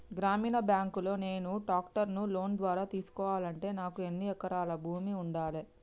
గ్రామీణ బ్యాంక్ లో నేను ట్రాక్టర్ను లోన్ ద్వారా తీసుకోవాలంటే నాకు ఎన్ని ఎకరాల భూమి ఉండాలే?